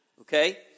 Okay